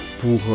pour